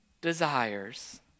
desires